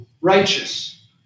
righteous